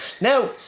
Now